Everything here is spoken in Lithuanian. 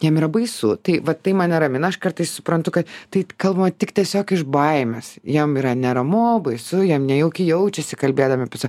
jiem yra baisu tai vat tai mane ramina aš kartais suprantu kad tai kalbama tik tiesiog iš baimės jam yra neramu baisu jam nejaukiai jaučiasi kalbėdami pusę